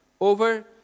over